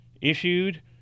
issued